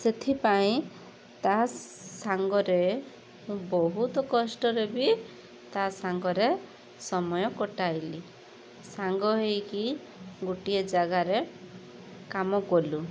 ସେଥିପାଇଁ ତା' ସାଙ୍ଗରେ ମୁଁ ବହୁତ କଷ୍ଟରେ ବି ତା' ସାଙ୍ଗରେ ସମୟ କଟାଇଲି ସାଙ୍ଗ ହେଇକି ଗୋଟିଏ ଜାଗାରେ କାମ କଲୁ